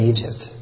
Egypt